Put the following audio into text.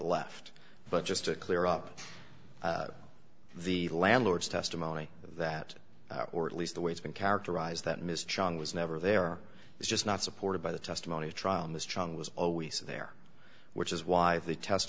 left but just to clear up the landlord's testimony that or at least the way it's been characterized that ms chong was never there is just not supported by the testimony at trial and the strong was always there which is why the test